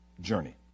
journey